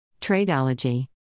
Tradeology